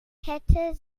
hätte